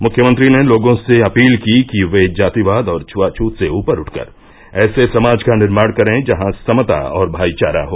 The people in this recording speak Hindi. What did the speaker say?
मुख्यमंत्री ने लोगों से अपील की कि वे जातिवाद और छुआछूत से ऊपर उठकर ऐसे समाज का निर्माण करें जहां समता और भाईचारा हो